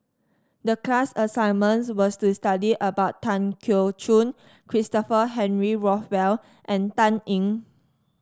the class assignment was to study about Tan Keong Choon Christopher Henry Rothwell and Dan Ying